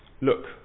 look